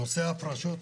נושא הפרשות,